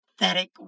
pathetic